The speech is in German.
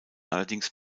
allerdings